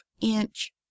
inch